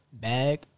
bag